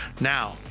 Now